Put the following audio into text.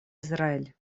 израиль